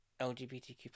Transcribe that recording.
lgbtq